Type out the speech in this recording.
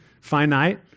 finite